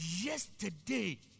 yesterday